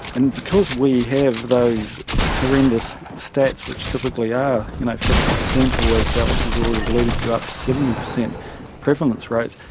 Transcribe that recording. and because we have those horrendous stats which typically are you know fifty percent or, as dallas has already alluded to, up to seventy percent prevalence rates,